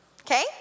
okay